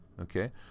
Okay